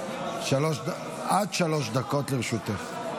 עד שלוש דקות לרשותך.